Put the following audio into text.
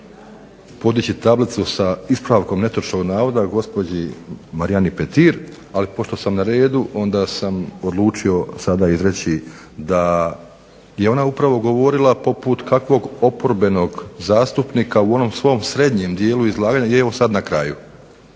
podići tablicu sa ispravkom netočnog navoda gospođi Marijani Petir, ali pošto sam na redu onda sam odlučio sada izreći da je ona upravo govorila poput kakvog oporbenog zastupnika u onom svom srednjem dijelu izlaganja i evo sad na kraju.